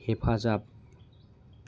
हेफाजाब